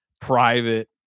private